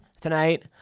tonight